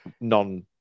non